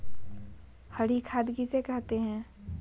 हरी खाद किसे कहते हैं?